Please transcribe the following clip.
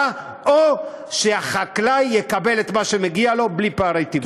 או שהחקלאי יקבל את מה שמגיע לו בלי פערי תיווך.